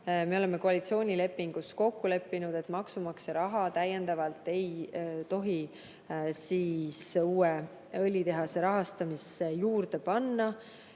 Me oleme koalitsioonilepingus kokku leppinud, et maksumaksja raha ei tohi täiendavalt uue õlitehase rahastamisse juurde panna.